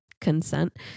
consent